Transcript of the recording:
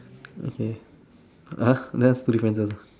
okay !huh! that's two differences